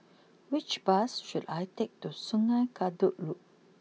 which bus should I take to Sungei Kadut Loop